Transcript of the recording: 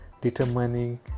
determining